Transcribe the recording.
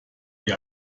wie